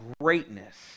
greatness